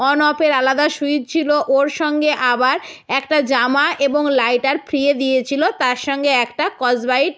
on অফের আলাদা switch ছিল ওর সঙ্গে আবার একটা জামা এবং লাইটার ফ্রিয়ে দিয়েছিল তার সঙ্গে একটা স্কচবাইট